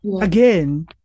again